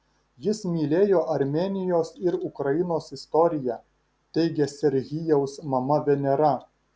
jis mylėjo armėnijos ir ukrainos istoriją teigia serhijaus mama venera